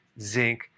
zinc